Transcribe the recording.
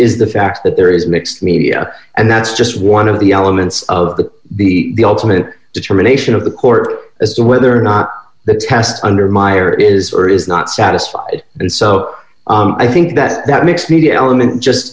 is the fact that there is mixed media and that's just one of the elements of the be the ultimate determination of the court as to whether or not the test under meyer is or is not satisfied and so i think that that makes the element just